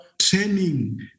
training